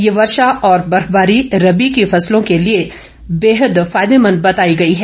यह वर्शा और बर्फबारी रबी की फसलों के लिए बेहतद फायदेमंद बताई गई है